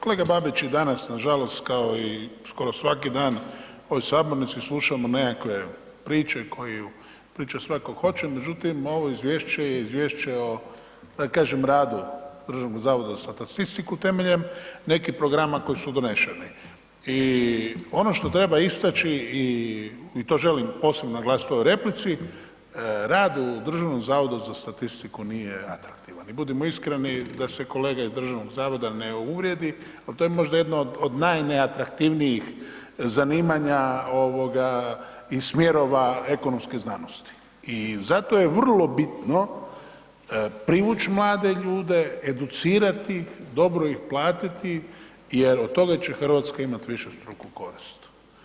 Kolega Babić i danas nažalost kao i skoro svaki dan u ovoj sabornici slušamo nekakve priče koju priča svak tko hoće, međutim ovo izvješće je izvješće o da kažem radu Državnog zavoda za statistiku temeljem nekih programa koji su doneseni i ono što treba istači i to želim posebno naglasiti u ovoj replici, rad u Državnom zavodu za statistiku nije atraktivan i budimo iskreni da se kolega iz državnog zavoda ne uvrijedi, ali to je možda jedna od najneatraktivnijih zanimanja ovoga i smjerova ekonomske znanosti i zato je vrlo bitno privući mlade ljude, educirati ih, dobro ih platiti jer od toga će Hrvatska imati višestruku korist.